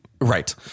Right